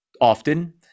often